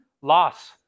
Loss